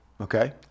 Okay